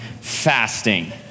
fasting